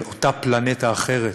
על אותה פלנטה אחרת,